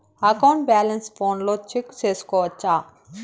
account balance ఫోనులో check సేసుకోవచ్చా